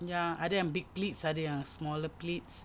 ya ada yang big pleats ada yang smaller pleats